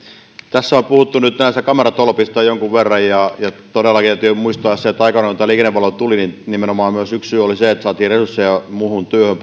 tässä on puhuttu nyt kameratolpista jonkun verran ja todellakin täytyy muistaa se että aikanaan kun liikennevalot tulivat niin yksi syy oli nimenomaan myös se että saatiin poliiseille resursseja muuhun työhön